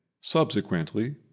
subsequently